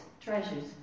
treasures